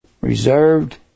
reserved